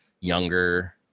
younger